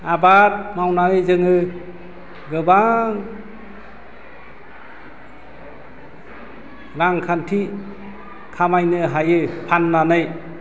आबाद मावनानै जोङो गोबां रांखान्थि खामायनो हायो फान्नानै